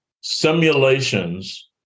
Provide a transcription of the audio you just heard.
simulations